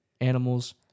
animals